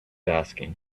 asking